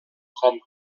com